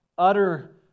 utter